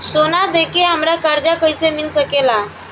सोना दे के हमरा कर्जा कईसे मिल सकेला?